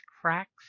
cracks